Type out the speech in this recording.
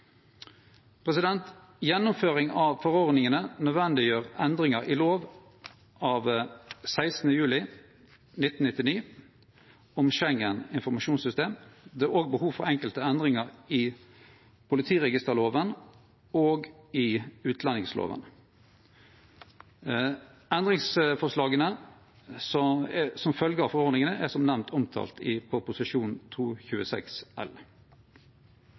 Gjennomføring av forordningane nødvendiggjer endringar i lov av 16. juli 1999 om Schengen informasjonssystem. Det er òg behov for enkelte endringar i politiregisterloven og i utlendingsloven. Endringsforslaga som følgje av forordningane er som nemnt omtalt i